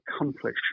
accomplish